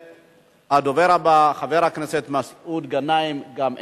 הדובר הבא, חבר הכנסת מסעוד גנאים, גם איננו.